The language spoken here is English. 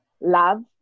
Love